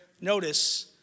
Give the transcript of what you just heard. notice